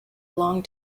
long